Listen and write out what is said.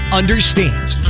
understands